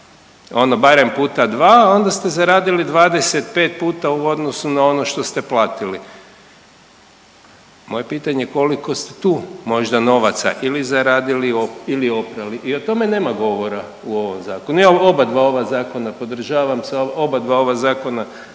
ono barem puta 2 onda ste zaradili 25 puta u odnosnu na ono što ste platili. Moje pitanje je koliko ste tu možda novaca ili zaradili ili oprali? I o tome nema govora u ovoj Zakonu. Ja oba dva ova zakona podržavam, sa oba dva ova zakona se